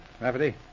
Rafferty